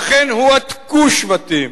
אכן הועתקו שבטים